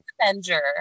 Avenger